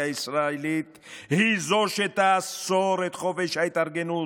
הישראלית היא שתאסור את חופש ההתארגנות,